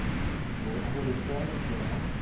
so under the training channel,